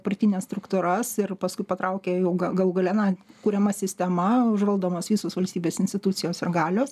partines struktūras ir paskui patraukia jau ga galų gale na kuriama sistema užvaldomos visos valstybės institucijos ir galios